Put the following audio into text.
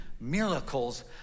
miracles